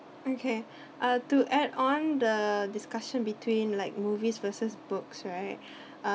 okay uh to add on the discussion between like movies versus books right uh